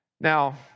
Now